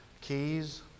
keys